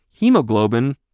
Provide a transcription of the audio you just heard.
hemoglobin